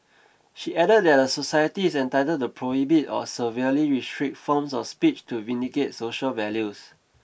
she added that a society is entitled to prohibit or severely restrict forms of speech to vindicate social values